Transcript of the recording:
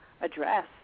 address